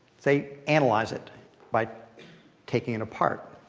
they analyze it by taking it apart.